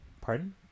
Pardon